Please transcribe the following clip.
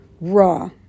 raw